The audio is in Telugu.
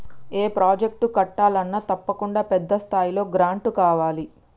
ఏ ప్రాజెక్టు కట్టాలన్నా తప్పకుండా పెద్ద స్థాయిలో గ్రాంటు కావాలి